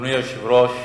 אדוני היושב-ראש,